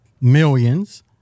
millions—